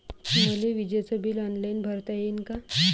मले विजेच bill online भरता येईन का?